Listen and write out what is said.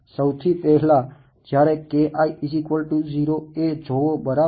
સૌથી પહેલા જયારે એ જોવો બરાબર